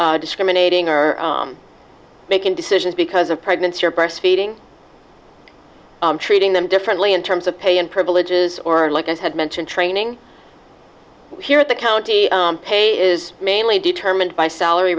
discriminating or making decisions because of pregnancy or breastfeeding treating them differently in terms of pay and privileges or like i had mentioned training here at the county pay is mainly determined by salary